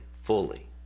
fully